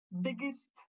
biggest